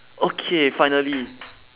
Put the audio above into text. okay finally